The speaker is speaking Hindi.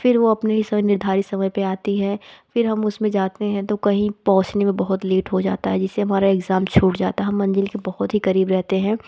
फिर वो अपने ही सब निर्धारित समय पर आती हैं फिर उस में हम जाते हैं तो कहीं पहुंचने में बहुत लेट हो जाती है जिससे हमरा एग्ज़ाम छूट जाता हैं हम मंज़िल के बहुत ही क़रीब रहते हैं